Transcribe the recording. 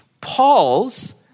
Paul's